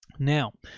now,